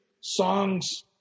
songs